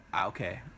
Okay